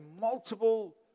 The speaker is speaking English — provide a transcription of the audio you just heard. multiple